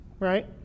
Right